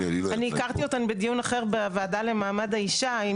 אני הכרתי אותן בדיון אחר בוועדה למעמד האישה עם